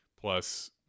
plus